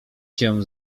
cię